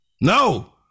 No